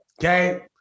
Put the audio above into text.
Okay